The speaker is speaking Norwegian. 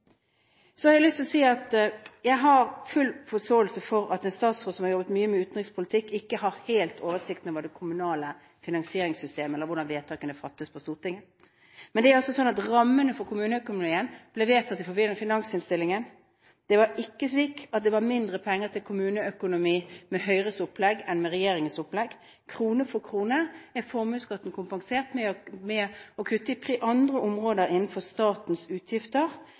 Så har jeg lyst til å si at jeg har full forståelse for at en statsråd som har jobbet mye med utenrikspolitikk, ikke helt har oversikten over det kommunale finansieringssystemet, eller hvordan vedtakene fattes på Stortinget. Men det er altså sånn at rammene for kommuneøkonomien ble vedtatt i forbindelse med finansinnstillingen. Det var ikke slik at det var mindre penger til kommuneøkonomi med Høyres opplegg enn med regjeringens opplegg. Krone for krone er formuesskatten kompensert for ved å kutte på andre områder av statens utgifter